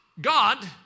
God